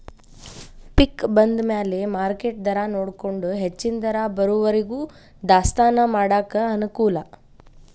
ಪಿಕ್ ಬಂದಮ್ಯಾಲ ಮಾರ್ಕೆಟ್ ದರಾನೊಡಕೊಂಡ ಹೆಚ್ಚನ ದರ ಬರುವರಿಗೂ ದಾಸ್ತಾನಾ ಮಾಡಾಕ ಅನಕೂಲ